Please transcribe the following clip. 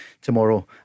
tomorrow